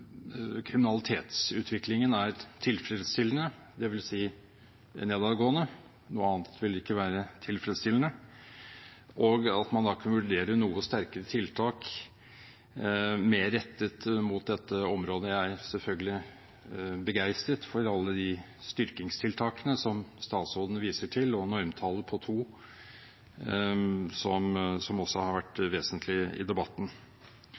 kriminalitetsutviklingen er tilfredsstillende, dvs. nedadgående, noe annet ville ikke være tilfredsstillende, og at man da kunne vurdere noe sterkere tiltak mer rettet mot dette området. Jeg er selvfølgelig begeistret for alle de styrkingstiltakene som statsråden viser til, og et normtall på to, som også har vært vesentlig i debatten.